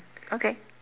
okay